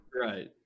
right